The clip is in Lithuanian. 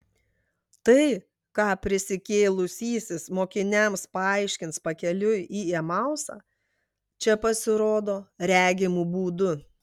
tai ką prisikėlusysis mokiniams paaiškins pakeliui į emausą čia pasirodo regimu būdu